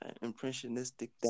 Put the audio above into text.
impressionistic